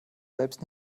selbst